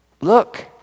look